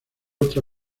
otra